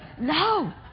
No